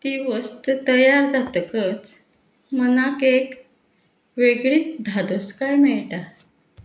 ती वस्त तयार जातकच मनाक एक वेगळीच धादोसकाय मेळटा